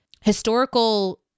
historical